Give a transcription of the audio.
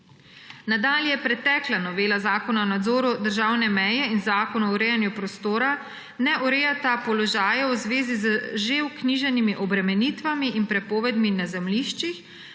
Nadalje, pretekla novela Zakona o nadzoru državne meje in Zakona o urejanju prostora ne urejata položajev v zvezi z že vknjiženimi obremenitvami in prepovedmi na zemljiščih,